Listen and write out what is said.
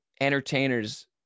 entertainers –